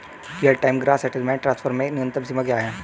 Real time gross settlement transfer में न्यूनतम सीमा क्या है?